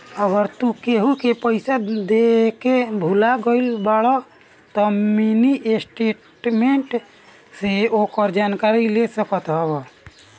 अगर तू केहू के पईसा देके भूला गईल बाड़ऽ तअ मिनी स्टेटमेंट से ओकर जानकारी ले सकत हवअ